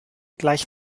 gleich